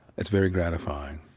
that's very gratifying,